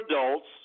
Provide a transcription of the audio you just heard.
adults